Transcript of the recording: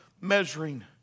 measuring